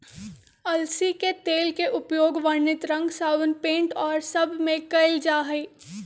अलसी के तेल के उपयोग वर्णित रंग साबुन पेंट और सब में कइल जाहई